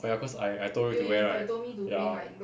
oh ya cause I I told you to wear right ya